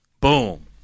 Boom